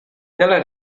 nella